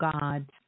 God's